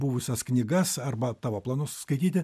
buvusias knygas arba tavo planus skaityti